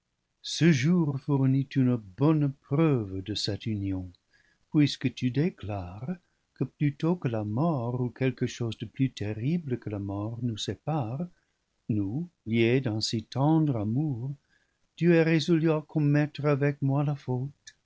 ce jour fournit une bonne preuve de cette union puisque tu déclares que plutôt que la mort ou quelce que chose de plus terrible que la mort nous sépare tu es résolu à commettre avec moi la faute